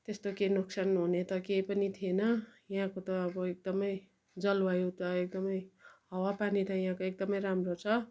त्यस्तो केही नोक्सान हुने त केही पनि थिएन यहाँको त अब एकदमै जलवायु त एकदमै हावा पानी त यहाँको एकदमै राम्रो छ